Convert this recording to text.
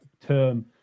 term